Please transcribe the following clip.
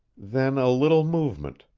then a little movement,